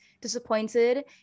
disappointed